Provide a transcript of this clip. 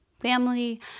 family